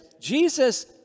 Jesus